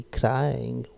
crying